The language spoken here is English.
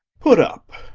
put up.